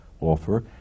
offer